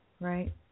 Right